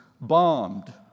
bombed